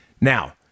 Now